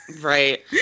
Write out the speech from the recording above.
Right